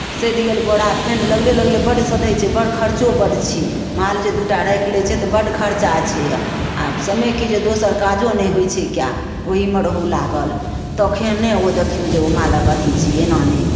सधि गेल बोरा फेर लगले लगले बड्ड सधैत छै बड़ खर्चो बड्ड छै माल जे दू टा राखि लै छै तऽ बड्ड खर्चा छै आब समय की छै दोसर काजो नहि होइत छै कए ओहीमे रहू लागल तखन नहि ओ देखियौ जे ओ मालक अथी छियै एना नहि